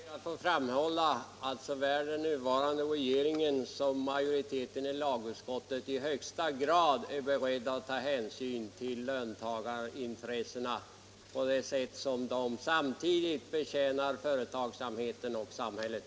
Herr talman! Jag ber att få framhålla att såväl den nuvarande regeringen som majoriteten i lagutskottet i högsta grad är beredda att ta hänsyn till löntagarintressena, samtidigt som de vill betjäna företagsamheten och samhället.